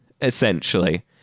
essentially